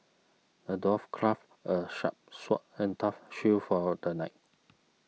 the dwarf crafted a sharp sword and tough shield for the knight